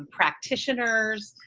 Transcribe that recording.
practitioners,